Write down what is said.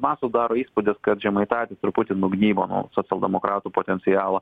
man susidaro įspūdis kad žemaitaitis truputį nugnybo nuo socialdemokratų potencialą